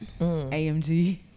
AMG